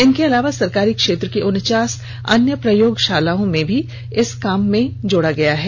इनके अलावा सरकारी क्षेत्र की उनचास अन्य प्रयोगशालाओं को भी इस काम में जोड़ा गया है